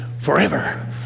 forever